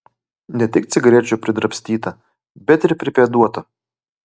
ne tik cigarečių pridrabstyta bet ir pripėduota